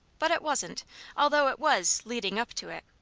but it wasn't although it was leading up to it.